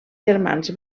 germans